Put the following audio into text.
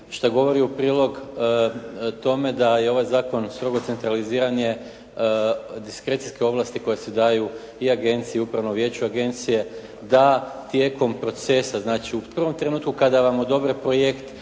što govori u prilog tome da je ovaj zakon strogo centraliziran je diskrecijske ovlasti koje se daju i agenciji, upravnom vijeću agencije da tijekom procesa, znači u prvom trenutku kada vam odobre projekt,